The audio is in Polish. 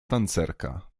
tancerka